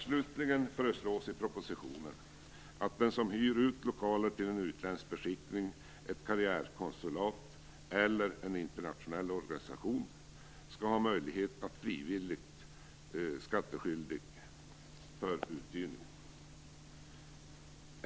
Slutligen föreslås i propositionen att den som hyr ut lokaler till en utländsk beskickning, ett karriärkonsulat eller en internationell organisation skall ha möjlighet att vara frivilligt skattskyldig för uthyrning.